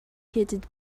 heated